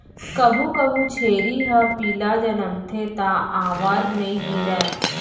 कभू कभू छेरी ह पिला जनमथे त आंवर नइ गिरय